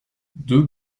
deux